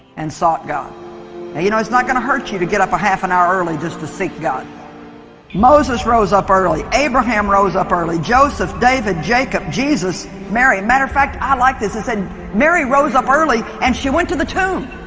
and sought god you know, it's not gonna hurt you to get up a half an hour early just to seek god moses rose up early abraham rose up early joseph david, jacob jesus mary a matter of fact i like this and said mary rose up early and she went to the tomb